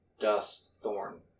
Dustthorn